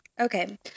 Okay